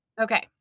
okay